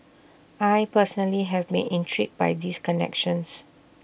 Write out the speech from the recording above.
I personally have been intrigued by these connections